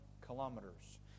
kilometers